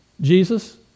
Jesus